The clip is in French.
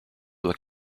doit